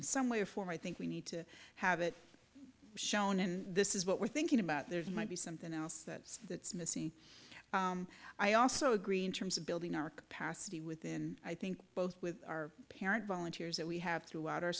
in some way or form i think we need to have it shown and this is what we're thinking about there might be something else that that's missing i also agree in terms of building our capacity within i think both with our parent volunteers that we have throughout our